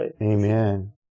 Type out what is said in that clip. Amen